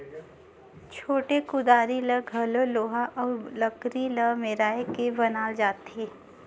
छोटे कुदारी ल घलो लोहा अउ लकरी ल मेराए के बनाल जाथे